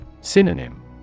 Synonym